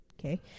Okay